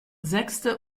sechste